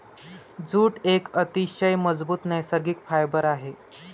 jute एक अतिशय मजबूत नैसर्गिक फायबर आहे